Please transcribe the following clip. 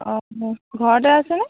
অ' ঘৰতে আছেনে